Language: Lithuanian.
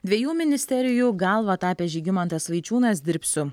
dviejų ministerijų galva tapęs žygimantas vaičiūnas dirbsiu